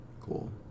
Cool